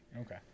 Okay